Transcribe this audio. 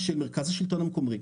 מהשלטון המקומי.